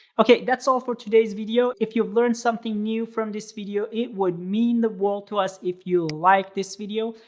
ok, that's all for today's video. if you have learned something new from this video, it would mean the world to us if you like this video.